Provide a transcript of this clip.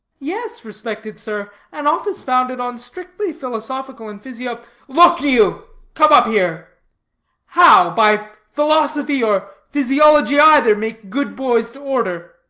yes, respected sir, an office founded on strictly philosophical and physio look you come up here how, by philosophy or physiology either, make good boys to order?